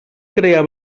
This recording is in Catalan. crear